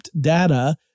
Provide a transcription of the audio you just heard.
data